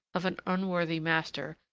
of an unworthy master,